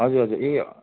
हजुर हजुर ए